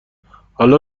حالا